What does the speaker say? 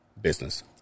business